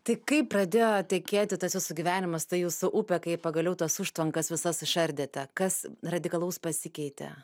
tai kaip pradėjo tekėti tas jūsų gyvenimas ta jūsų upė kai pagaliau tas užtvankas visas išardėte kas radikalaus pasikeitė